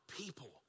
people